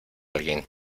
alguien